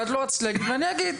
ואת לא רצית להגיד ואני אגיד,